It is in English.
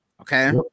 okay